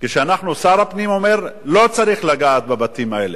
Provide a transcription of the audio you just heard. כששר הפנים אומר: לא צריך לגעת בבתים האלה,